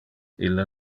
ille